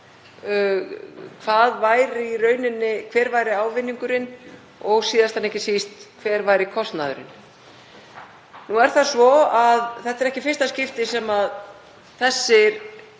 á verkefninu; hver væri ávinningurinn og síðast en ekki síst hver væri kostnaðurinn. Nú er það svo að þetta er ekki í fyrsta skipti sem þessir